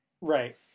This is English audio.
Right